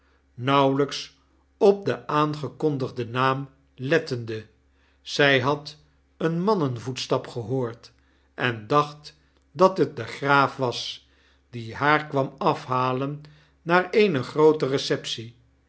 nauwelijks op den aangekondigden naam lettende zij had een mannenvoetstap gehoord en dacht dat het de graaf was die haar kwam afhalen naar eene groote receptie